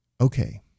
Okay